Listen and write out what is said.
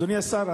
אדוני השר,